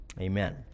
amen